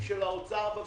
משלוחי תרופות עד